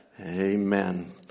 Amen